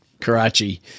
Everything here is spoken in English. Karachi